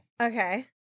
Okay